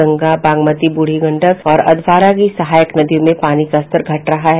गंगा बागमती बूढ़ी गंडक और अध्वारा की सहायक नदियों में पानी का स्तर घट रहा है